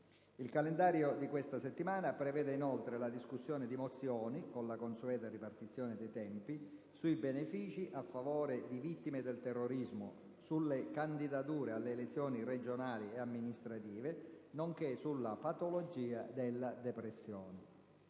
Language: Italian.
Il calendario di questa settimana prevede inoltre la discussione di mozioni, con la consueta ripartizione dei tempi, sui benefìci a favore di vittime del terrorismo, sulle candidature alle elezioni regionali e amministrative, nonché sulla patologia della depressione.